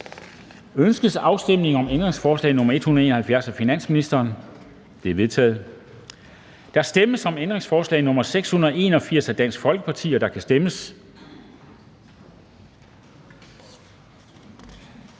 Ønskes afstemning om ændringsforslag nr. 114-123 af finansministeren? De er vedtaget. Der stemmes om ændringsforslag nr. 621 af NB, og der kan stemmes.